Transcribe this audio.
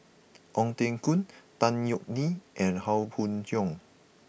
Ong Teng Koon Tan Yeok Nee and Howe Yoon Chong